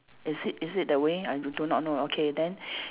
is it is it that way I do do not know okay then